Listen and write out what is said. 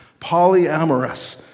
polyamorous